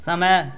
समय